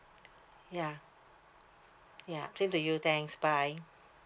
ya ya same to you thanks bye